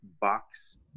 box